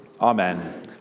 Amen